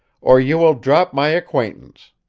or you will drop my acquaintance.